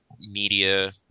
media